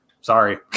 sorry